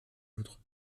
votre